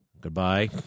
Goodbye